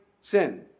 sin